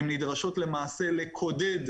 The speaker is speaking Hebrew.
הן נדרשות למעשה לקודד